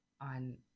on